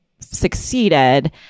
Succeeded